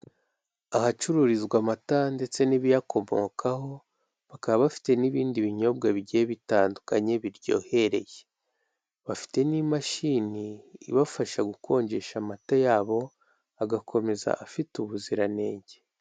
Ahacururizwa amata ndetse n'ibiyakomokaho bakaba bafite n'ibindi binyobwa bigiye bitandukanye biryohereye, bafite n'imashini ibafasha gukonjesha amata yabo, agakomeza afite ubuziranenge.